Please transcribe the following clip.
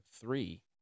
three